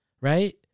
right